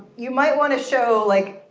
you might want to show, like,